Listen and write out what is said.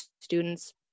students